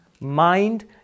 mind